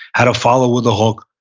how to follow with a hook,